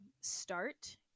start